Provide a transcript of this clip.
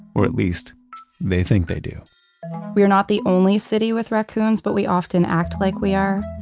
or at least they think they do we are not the only city with raccoons, but we often act like we are.